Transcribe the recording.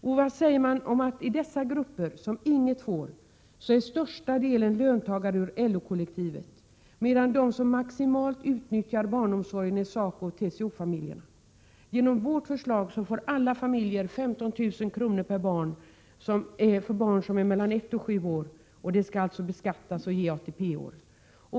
Och vad säger ni om att i de grupper som inget får är största delen löntagare ur LO-kollektivet, medan de som maximalt utnyttjar barnomsorgen är SACO och TCO familjerna? Genom vårt förslag får alla familjer 15 000 kr. per barn mellan ett och sju år, och beloppet skall alltså beskattas och ge ATP-år.